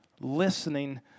Listening